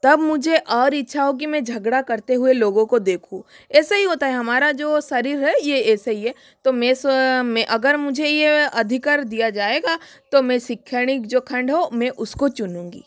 तब मुझे और इच्छा होगी मैं झगड़ा करते हुए लोगों को देखूं ऐसा ही होता है हमारा जो शरीर है ये ऐसे ही ये तो मैं सो मैं अगर मुझे ये अधिकार दिया जाएगा तो मैं शैक्षणिक जो खंड हो मैं उसको चुनूँगी